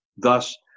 Thus